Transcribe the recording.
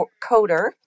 coder